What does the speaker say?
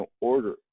order